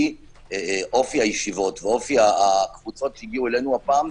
אופי הישיבות והקבוצות שהגיעו אלינו הפעם,